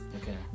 okay